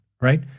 right